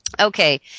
Okay